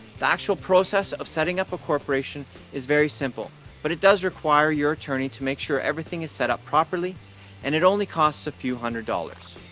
the actual process of setting up a corporation is very simple but it does require your attorney to make sure everything is set up properly and it only cost a few hundred dollars.